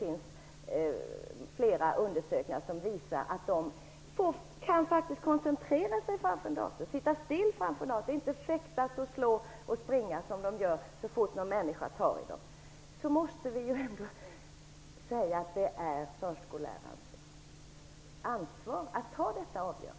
Enligt många undersökningar kan t.ex. gravt koncentrationsstörda barn koncentrera sig framför en dator, sitta still, inte fäktas och slåss som de annars gör så fort någon människa tar i dem.